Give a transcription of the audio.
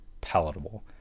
palatable